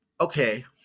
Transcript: okay